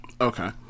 okay